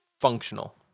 functional